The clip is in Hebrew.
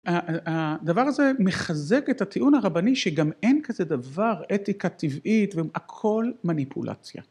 הדבר הזה מחזק את הטיעון הרבני שגם אין כזה דבר אתיקה טבעית והכל מניפולציה.